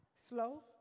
Slow